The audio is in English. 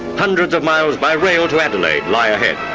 hundreds of miles by rail to adelaide lie ahead.